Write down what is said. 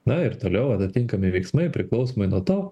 na ir toliau atatinkami veiksmai priklausomai nuo to